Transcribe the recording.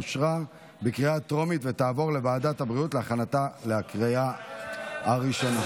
אושרה בקריאה טרומית ותעבור לוועדת הבריאות להכנתה לקריאה ראשונה.